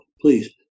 Please